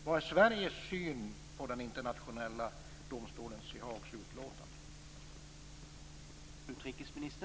Vad är Sveriges syn på utlåtandet från den internationella domstolen i Haag?